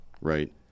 right